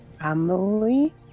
family